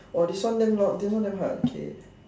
!wah! this one damn this one damn hard k